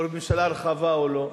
או ממשלה רחבה או לא?